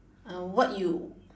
uh what you